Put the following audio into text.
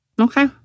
Okay